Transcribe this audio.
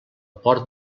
port